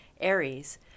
Aries